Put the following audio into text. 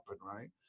right